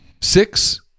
six